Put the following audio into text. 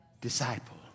disciple